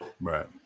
Right